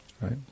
Right